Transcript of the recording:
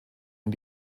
und